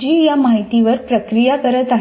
जी या माहितीवर प्रक्रिया करीत आहे